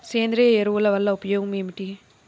సేంద్రీయ ఎరువుల వల్ల ఉపయోగమేమిటీ?